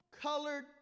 colored